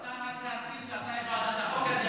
מתן, רק להזכיר שאתה העברת את החוק הזה.